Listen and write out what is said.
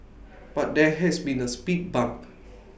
but there has been A speed bump